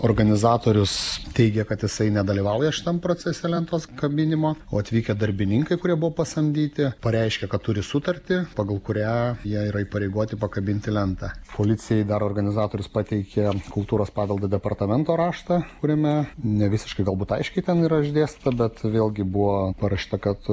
organizatorius teigia kad jisai nedalyvauja šitam procese lentos kabinimo o atvykę darbininkai kurie buvo pasamdyti pareiškė kad turi sutartį pagal kurią jie yra įpareigoti pakabinti lentą policijai dar organizatorius pateikė kultūros paveldo departamento raštą kuriame ne visiškai galbūt aiškiai ten yra išdėstyta bet vėlgi buvo parašyta kad